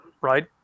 right